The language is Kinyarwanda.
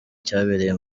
cyabereye